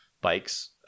bikes